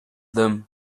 them